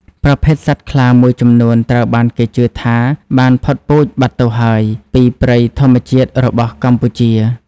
ប្រភេទសត្វខ្លាមួយចំនួនត្រូវបានគេជឿថាបានផុតពូជបាត់ទៅហើយពីព្រៃធម្មជាតិរបស់កម្ពុជា។